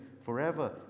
forever